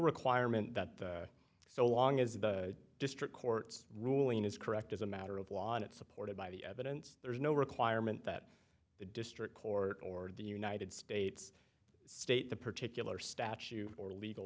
requirement that so long as the district court's ruling is correct as a matter of law and it's supported by the evidence there's no requirement that the district court or the united states state the particular statute or legal